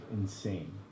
insane